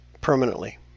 permanently